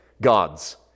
gods